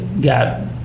got